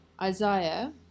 Isaiah